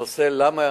הנושא, למה